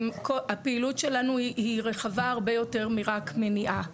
הפעילות שלנו היא רחבה הרבה יותר מרק מניעה.